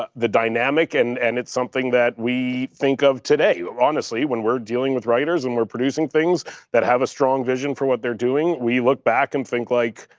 ah the dynamic, and and it's something that we think of today, honestly, when we're dealing with writers and we're producing things that have a strong vision for what they're doing, we look back and think, like,